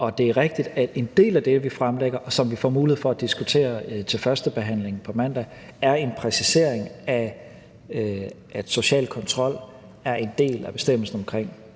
Og det er rigtigt, at en del af det, vi fremlægger, og som vi får mulighed for at diskutere til førstebehandlingen på mandag, er en præcisering af, at social kontrol kan være en del af bestemmelsen omkring